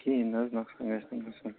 کِہیٖنٛۍ نہَ حظ نۄقصان گژھِ نہٕ گژھُن